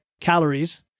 calories